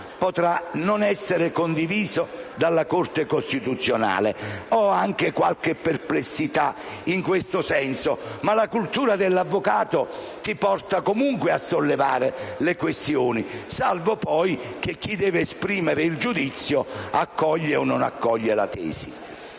anche non essere condiviso dalla Corte costituzionale. Ho qualche perplessità in questo senso, ma la cultura dell'avvocato mi porta comunque a sollevare le questioni, salvo, poi, che chi deve esprimere il giudizio accolga o non accolga la tesi.